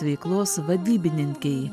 veiklos vadybininkei